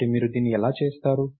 కాబట్టి మీరు దీన్ని ఎలా చేస్తారు